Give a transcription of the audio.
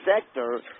sector